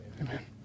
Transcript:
Amen